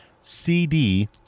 CD